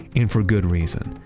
and for good reason.